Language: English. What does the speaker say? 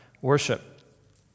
worship